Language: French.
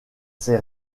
ses